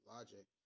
Logic